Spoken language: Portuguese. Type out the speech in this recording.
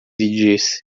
disse